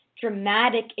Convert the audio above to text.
dramatic